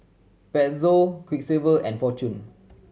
Pezzo Quiksilver and Fortune